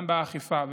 גם באכיפה.